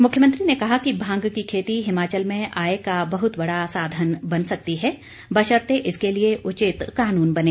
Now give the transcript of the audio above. मुख्यमंत्री ने कहा कि भांग की खेती हिमाचल में आय का बहुत बड़ा साधन बन सकती है बशर्ते इसके लिए उचित कानून बने